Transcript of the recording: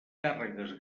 càrregues